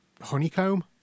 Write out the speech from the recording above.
honeycomb